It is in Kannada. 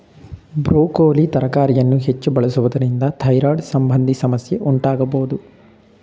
ಬ್ರೋಕೋಲಿ ತರಕಾರಿಯನ್ನು ಹೆಚ್ಚು ಬಳಸುವುದರಿಂದ ಥೈರಾಯ್ಡ್ ಸಂಬಂಧಿ ಸಮಸ್ಯೆ ಉಂಟಾಗಬೋದು